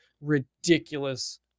ridiculous